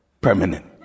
permanent